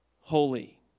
holy